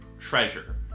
treasure